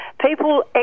people